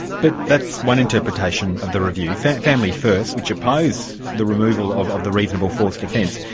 but that's one interpretation of the review. family first, which oppose the removal of of the reasonable force defence,